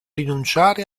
rinunciare